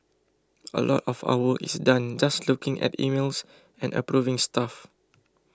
a lot of our work is done just looking at emails and approving stuff